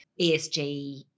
ESG